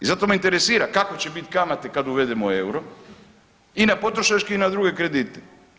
I zato me interesira kako će biti kamate kad uvedemo euro i na potrošački i na druge kredite.